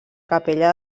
capella